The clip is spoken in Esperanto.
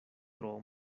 tro